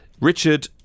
Richard